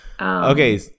Okay